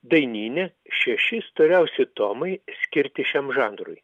dainyne šeši storiausi tomai skirti šiam žanrui